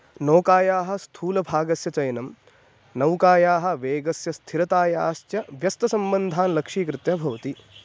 नौकायाः स्थूलभागस्य चयनं नौकायाः वेगस्य स्थिरतायाश्च व्यस्तसम्बन्धान् लक्षीकृत्य भवति